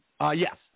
Yes